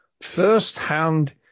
first-hand